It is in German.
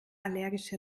allergische